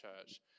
church